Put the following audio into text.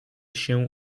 się